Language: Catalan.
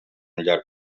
llarg